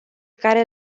care